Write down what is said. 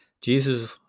Jesus